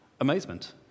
amazement